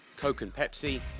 coke and pepsi,